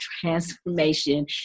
transformation